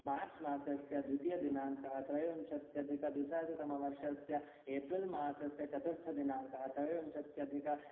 मार्च् मासस्य द्वितीयदिनाङ्कः त्रयोविंशत्यधिकद्विसहस्रतमवर्षस्य एप्रिल् मासस्य चतुर्थदिनाङ्कः त्रयोविंशत्यधिक